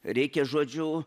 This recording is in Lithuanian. reikia žodžiu